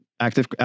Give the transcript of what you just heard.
active